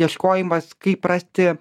ieškojimas kaip rasti